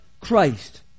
Christ